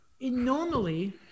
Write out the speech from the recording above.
normally